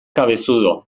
cabezudo